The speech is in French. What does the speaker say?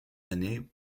années